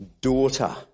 Daughter